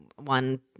one